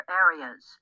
areas